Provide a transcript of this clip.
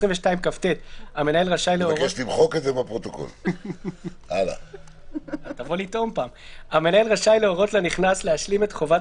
22כט. המנהל רשאי להורות לנכנס להשלים את חובת